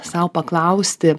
sau paklausti